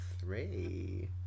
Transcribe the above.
three